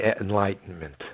Enlightenment